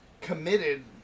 committed